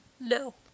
No